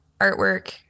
artwork